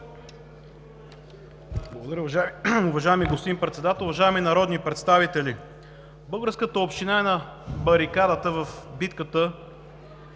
Благодаря, уважаеми господин Председател. Уважаеми народни представители! Българската община е на барикадата в битката